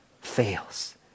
fails